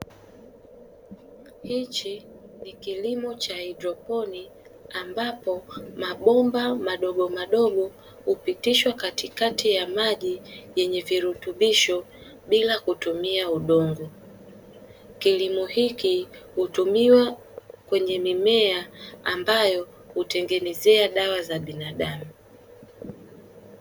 Hiki ni kilimo cha haidroponi, ambapo mabomba madogomadogo hupitishwa katikati ya maji yenye virutubisho bila kutumia udongo. Kilimo hiki hutumiwa kwenye mimea ambayo hutengenezea dawa za binadamu.